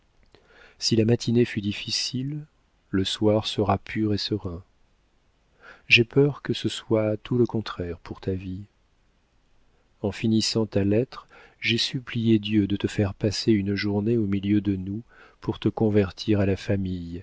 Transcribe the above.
si la matinée fut difficile le soir sera pur et serein j'ai peur que ce ne soit tout le contraire pour ta vie en finissant ta lettre j'ai supplié dieu de te faire passer une journée au milieu de nous pour te convertir à la famille